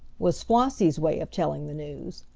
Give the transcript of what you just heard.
was flossie's way of telling the news.